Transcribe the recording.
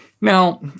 Now